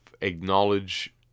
acknowledge